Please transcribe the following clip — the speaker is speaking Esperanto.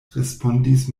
respondis